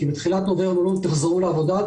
כי המלונות חזרו לעבודה,